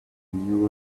new